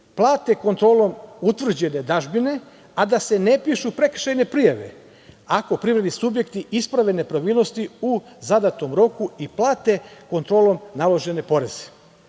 plate kontrolom utvrđene dažbine, a da se ne pišu prekršajne prijave, ako privredni subjekti isprave nepravilnosti u zadatom roku i plate kontrolom naložene poreze.